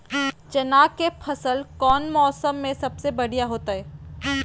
चना के फसल कौन मौसम में सबसे बढ़िया होतय?